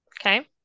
Okay